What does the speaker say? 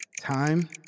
Time